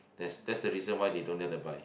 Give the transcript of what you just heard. that's that's the reason why they don't let them buy